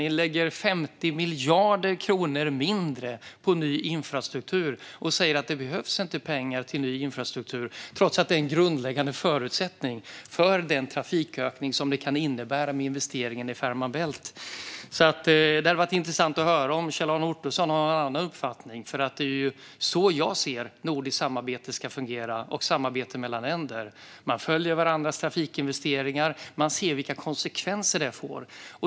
Ni lägger 50 miljarder kronor mindre på ny infrastruktur och säger att det inte behövs pengar till detta trots att det är en grundläggande förutsättning för den trafikökning investeringen i Fehmarn Bält kan innebära. Det hade varit intressant att höra om Kjell-Arne Ottosson har någon annan uppfattning, för det är så jag ser att nordiskt samarbete och samarbete mellan länder ska fungera. Man följer varandras trafikinvesteringar, och man ser vilka konsekvenser det får.